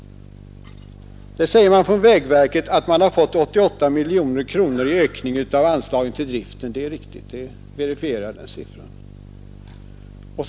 Vägverket säger att man fått 88 miljoner kronor i ökning av anslaget till driften. Det är riktigt — den siffran verifieras alltså.